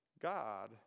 God